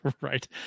right